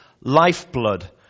lifeblood